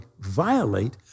violate